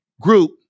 Group